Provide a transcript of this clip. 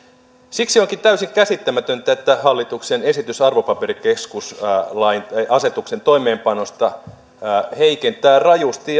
siksi onkin täysin käsittämätöntä että hallituksen esitys arvopaperikeskusasetuksen toimeenpanosta heikentää rajusti